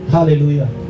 Hallelujah